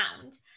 found